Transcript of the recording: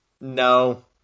no